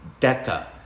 Deca